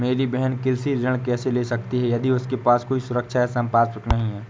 मेरी बहिन कृषि ऋण कैसे ले सकती है यदि उसके पास कोई सुरक्षा या संपार्श्विक नहीं है?